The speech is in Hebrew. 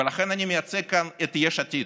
ולכן אני מייצג כאן את יש עתיד,